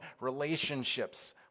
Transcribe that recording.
relationships